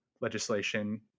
legislation